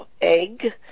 egg